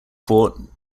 fort